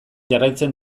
jarraitzen